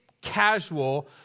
casual